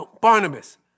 Barnabas